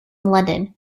london